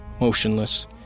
motionless